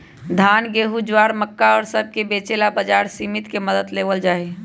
धान, गेहूं, ज्वार, मक्का और सब के बेचे ला बाजार समिति के मदद लेवल जाहई